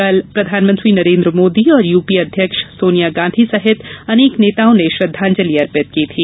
कल प्रधानमंत्री नरेन्द्र मोदी और यूपीए अध्यक्ष सोनिया गांधी सहित अनेक नेताओं ने श्रद्वांजलि अर्पित की थी